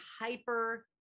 hyper